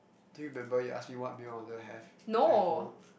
do you remember you ask me what meal I wanted to have at home